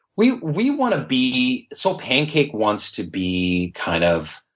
we we want to be, soulpancake wants to be kind of